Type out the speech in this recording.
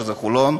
חולון.